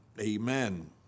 Amen